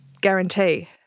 guarantee